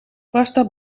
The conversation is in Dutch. pasta